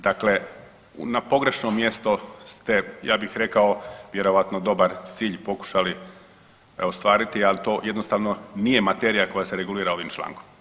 Dakle, na pogrešno mjesto ste ja bih rekao vjerojatno dobar cilj pokušali ostvariti, ali to jednostavno nije materija koja se regulira ovim člankom.